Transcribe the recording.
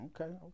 Okay